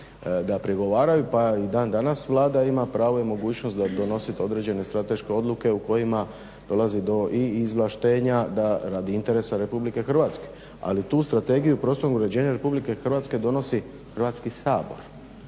da prigovaraju pa i dan danas Vlada ima pravo i mogućnost donosit određene strateške odluke u kojima dolazi do i izvlaštenja radi interesa Republike Hrvatske, ali tu Strategiju prostornog uređenja Republike Hrvatske donosi Hrvatski sabor